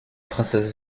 princesse